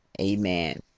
amen